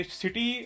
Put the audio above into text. city